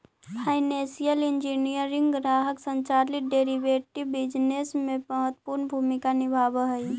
financial engineering ग्राहक संचालित derivative business में महत्वपूर्ण भूमिका निभावऽ हई